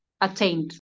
attained